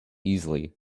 easily